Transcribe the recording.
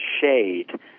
shade